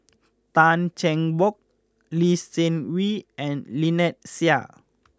Tan Cheng Bock Lee Seng Wee and Lynnette Seah